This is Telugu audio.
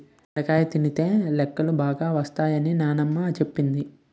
బెండకాయ తినితే లెక్కలు బాగా వత్తై అని నానమ్మ సెప్పింది